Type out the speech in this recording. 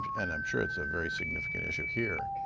and i'm sure it's a very significant issue here.